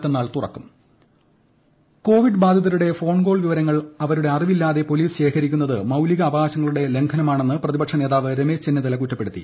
ചെന്നിത്തല കത്ത് കോവിഡ് ബാധിതരുടെ ് ഫോൺകോൾ വിവരങ്ങൾ അവരുടെ അറിവില്ലാതെ പോലീസ് ശേഖരിക്കുന്നത് മൌലീകാവകാശങ്ങളുടെ ലംഘനമാണെന്ന് പ്രതിപക്ഷ നേതാവ് രമേശ് ചെന്നിത്തല കുറ്റപ്പെടുത്തി